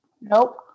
Nope